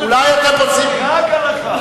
שמטרתו תהיה מיועדת לקרן להצלת מפעלים במצוקה.